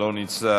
אינו נוכח,